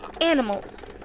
Animals